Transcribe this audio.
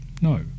No